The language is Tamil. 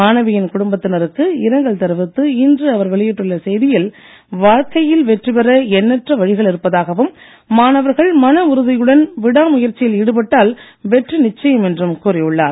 மாணவியின் குடும்பத்தினருக்கு இரங்கல் தெரிவித்து இன்று அவர் வெளியிட்டுள்ள செய்தியில் வாழ்க்கையில் வெற்றி பெற எண்ணற்ற வழிகள் இருப்பதாகவும் மாணவர்கள் மனஉறுதியுடன் விடா முயற்சியில் ஈடுபட்டால் வெற்றி நிச்சயம் என்றும் கூறி உள்ளார்